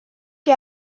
que